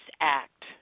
Act